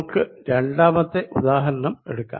നമുക്ക് രണ്ടാമത്തെ ഉദാഹരണം എടുക്കാം